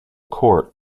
court